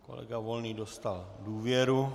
Kolega Volný dostal důvěru.